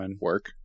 work